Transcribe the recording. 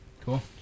Cool